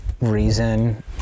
reason